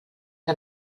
que